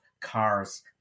cars